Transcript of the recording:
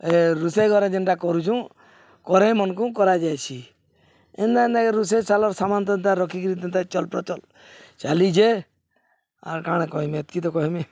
ଏ ରୋଷେଇ ଘରେ ଯେନ୍ଟା କରୁଛୁଁ କରେଇ ମନକୁ କରାଯାଇଛି ଏନ୍ତା ଏନ୍ତାକରି ରୋଷେଇ ଚାଲର୍ ସାମାନ ଏନ୍ତା ରଖିକିରି ଏନ୍ତା ଚଲପ୍ରଚଳ ଚାଲିଛେ ଆର୍ କାଣା କହିମି ଏତକି ତ କହିମି